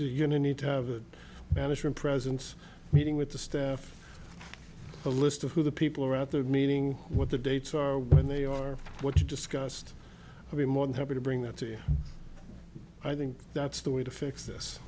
you need to have a management presence meeting with the staff a list of who the people are out there meaning what the dates are when they are what you discussed we more than happy to bring that to you i think that's the way to fix this